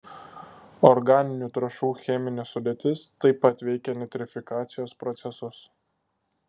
organinių trąšų cheminė sudėtis taip pat veikia nitrifikacijos procesus